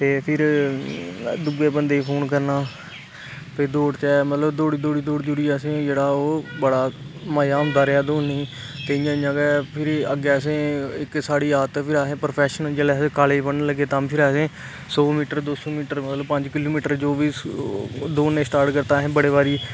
ते फिर दुऐ बंदे गी फोन करना भाई दौड़चे मतलब दौड़ी दौड़ी आसे जेहड़ा ओह् बड़ा मजा आंदा रेहा दौड़ने गी ते इयां गै फिरी अग्गे आसें इक साढ़ी आदत ऐ आसें प्रफेशनल जिसलै अस काॅलेज पढ़न लगे तां फिर आसें सौ मीटर दौ सौ मीटर मतलब पंज किलो मिटर जो बी दौड़ना स्टार्ट करी दिता आसें बड़ी बारी